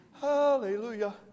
Hallelujah